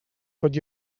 tot